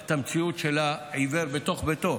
את המציאות של העיוור בתוך ביתו.